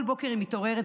כל בוקר היא מתעוררת,